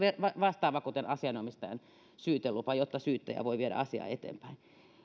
vastaava kuin asianomistajan syytelupa jotta syyttäjä voi viedä asiaa eteenpäin